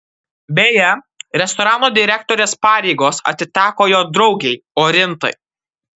beje restorano direktorės pareigos atiteko jo draugei orintai